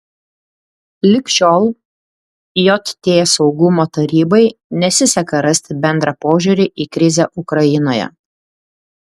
lig šiol jt saugumo tarybai nesiseka rasti bendrą požiūrį į krizę ukrainoje